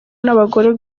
n’abagore